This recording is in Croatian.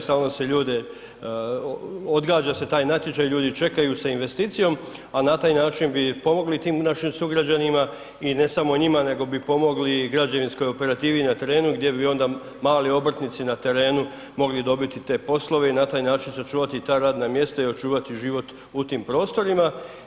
Stalno se ljude, odgađa se taj natječaj, ljudi čekaju s investicijom, a na taj način bi pomogli tim našim sugrađanima i ne samo njima nego bi pomogli i građevinskoj operativi na terenu gdje bi onda mali obrtnici na terenu mogli dobiti te poslove i na taj način sačuvati ta radna mjesta i očuvati život u tim prostorima.